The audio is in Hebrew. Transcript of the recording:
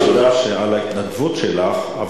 תודה על ההתנדבות שלך,